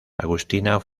agustina